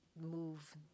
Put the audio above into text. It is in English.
move